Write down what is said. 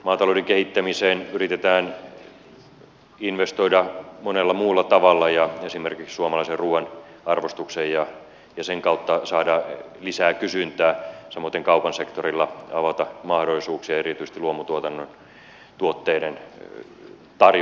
maatalouden kehittämiseen yritetään investoida monella muulla tavalla esimerkiksi suomalaisen ruuan arvostukseen ja sen kautta saada lisää kysyntää samoiten kaupan sektorilla avata mahdollisuuksia erityisesti luomutuotannon tuotteiden tarjonnalle